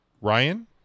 Ryan